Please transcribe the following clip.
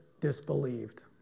disbelieved